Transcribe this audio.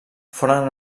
foren